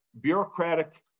bureaucratic